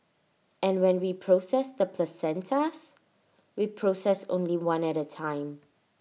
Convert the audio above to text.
and when we process the placentas we process only one at A time